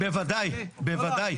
בוודאי, בוודאי.